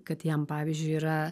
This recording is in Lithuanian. kad jam pavyzdžiui yra